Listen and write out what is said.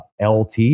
LT